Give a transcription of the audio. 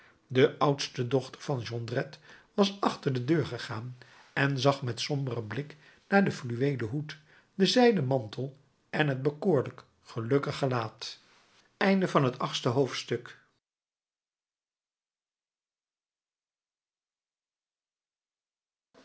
de oudste dochter van jondrette was achter de deur gegaan en zag met somberen blik naar den fluweelen hoed den zijden mantel en het bekoorlijk gelukkig gelaat negende hoofdstuk